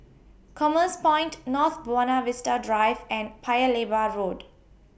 Commerce Point North Buona Vista Drive and Paya Lebar Road